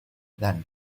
than